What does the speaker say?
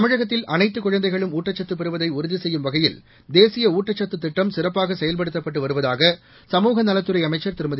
தமிழகத்தில் அனைத்துக் குழந்தைகளும் ஊட்டச்சத்து பெறுவதை உறுதி செய்யும் வகையில் தேசிய ஊட்டச்சத்து திட்டம் சிறப்பாக செயல்படுத்தப்பட்டு வருவதாக சமூக நலத்துறை அமைச்சர் திருமதி